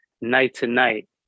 night-to-night